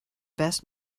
best